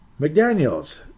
McDaniels